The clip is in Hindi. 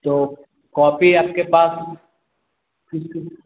तो कॉपी आपके पास किस किस